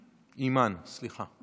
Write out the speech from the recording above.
בבקשה, שלוש דקות לרשותך.